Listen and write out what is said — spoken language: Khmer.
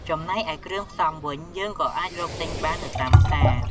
ចំណែកឯគ្រឿងផ្សំវិញ យើងក៏អាចរកទិញបាននៅតាមផ្សារ។